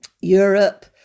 Europe